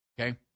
Okay